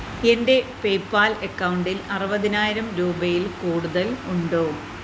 എൻ്റെ പേയ്പാൽ അക്കൗണ്ടിൽ അറുപതിനായിരം രൂപയിൽ കൂടുതൽ ഉണ്ടോ